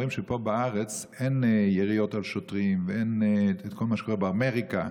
רואים שפה בארץ אין יריות על שוטרים ואין את כל מה שקורה באמריקה,